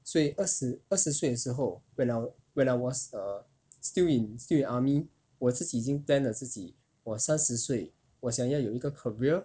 所以二十二十岁的时候 when I when I was err still in still in army 我自己已经 plan 了自己我三十岁我想要有一个 career